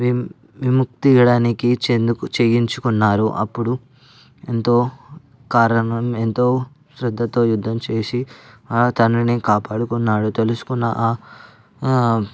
వి విముక్తి చేయడానికి చేయించుకున్నారు అప్పుడు ఎంతో కారణం ఎంతో శ్రద్ధతో యుద్ధం చేసి ఆ తనని కాపాడుకున్నాడు తెలుసుకున్న